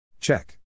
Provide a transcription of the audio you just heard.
Check